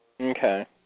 Okay